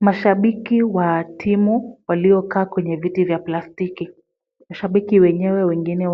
Mashabiki wa timu waliokaa kwenye viti vya plastiki ,mashabiki wenyewe wengine